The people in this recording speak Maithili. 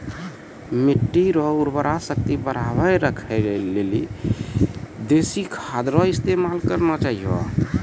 मिट्टी रो उर्वरा शक्ति बढ़ाएं राखै लेली देशी खाद रो इस्तेमाल करना चाहियो